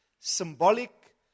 symbolic